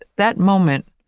that moment,